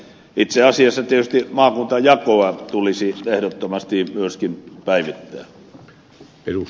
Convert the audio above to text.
itse asiassa tietysti maakuntajakoa tulisi ehdottomasti myöskin päivittää